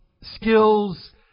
skills